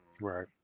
Right